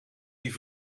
die